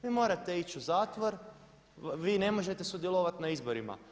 Vi morate ići u zatvor, vi ne možete sudjelovati na izborima.